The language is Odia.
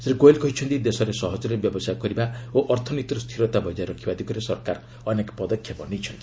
ଶ୍ରୀ ଗୋଏଲ୍ କହିଛନ୍ତି ଦେଶରେ ସହଜରେ ବ୍ୟବସାୟ କରିବା ଓ ଅର୍ଥନୀତିର ସ୍ଥିରତା ବଜାୟ ରଖିବା ଦିଗରେ ସରକାର ଅନେକ ପଦକ୍ଷେପ ନେଇଛନ୍ତି